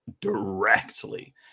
directly